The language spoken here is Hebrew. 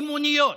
אמוניות.